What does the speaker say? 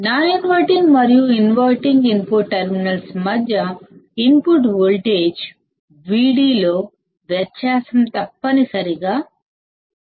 non inverting మరియు inverting input terminals మధ్య input voltage Vd లో వ్యత్యాసం తప్పనిసరిగా శూన్యం